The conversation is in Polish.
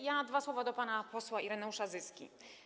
Ja dwa słowa do pana posła Ireneusza Zyski.